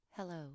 Hello